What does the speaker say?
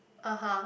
(uh huh)